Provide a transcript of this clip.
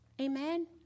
Amen